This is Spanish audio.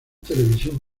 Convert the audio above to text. televisión